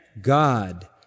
God